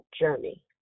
journey